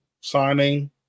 signing